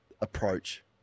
approach